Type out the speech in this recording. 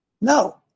No